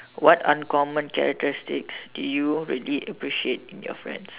what uncommon characteristics do you really appreciate in your friends